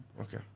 Okay